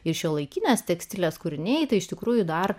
ir šiuolaikinės tekstilės kūriniai tai iš tikrųjų dar